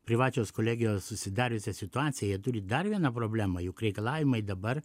privačios kolegijos susidariusią situaciją jie turi dar vieną problemą juk reikalavimai dabar